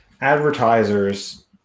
advertisers